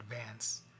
advance